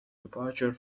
departure